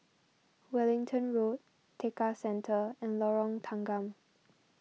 Wellington Road Tekka Centre and Lorong Tanggam